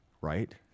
right